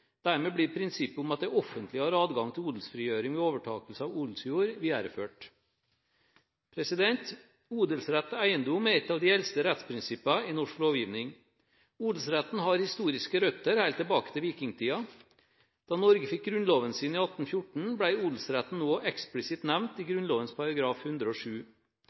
dermed videreført. Odelsrett til eiendom er et av eldste rettsprinsippene i norsk lovgivning. Odelsretten har historiske røtter helt tilbake til vikingtiden. Da Norge fikk grunnloven sin i 1814, ble odelsretten også eksplisitt nevnt i Grunnloven § 107.